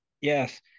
yes